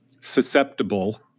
susceptible